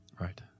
Right